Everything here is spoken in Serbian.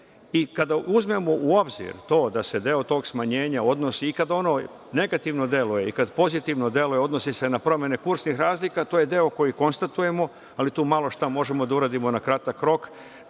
Kada uzmemo u obzir to da se deo tog smanjenja odnosi i kada ono negativno deluje i kada pozitivno deluje, odnosi se na promene kursnih razlika, to je deo koji konstatujemo, ali tu malo šta možemo da uradimo na kratak rok.